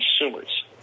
consumers